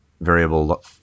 variable